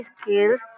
Skills